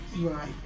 Right